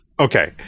Okay